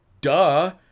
duh